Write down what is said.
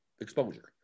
exposure